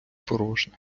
порожня